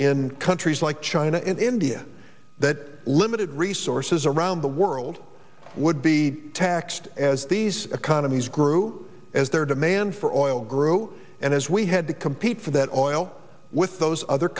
in countries like china and india that limited resources around the world would be taxed as these economies grew as there to make and for oil grew and as we had to compete for that oil with those other